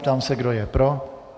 Ptám se, kdo je pro.